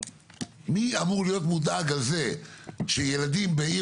מי אמור להיות מודאג מזה שילדים בעיר